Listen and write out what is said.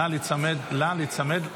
נא להיצמד.